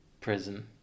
prison